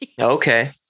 Okay